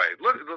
Look